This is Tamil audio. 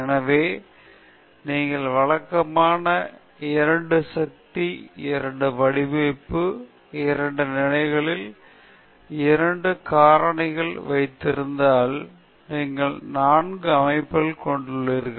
எனவே நீங்கள் வழக்கமான 2 சக்தி 2 வடிவமைப்பு 2 நிலைகளில் 2 காரணிகளை வைத்திருப்பதால் நீங்கள் 4 அமைப்புகள் கொண்டுளீர்கள்